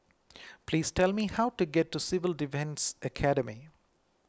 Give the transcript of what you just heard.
please tell me how to get to Civil Defence Academy